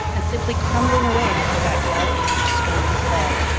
and simply crumbling away before that well-aimed storm of lead.